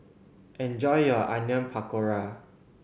enjoy your Onion Pakora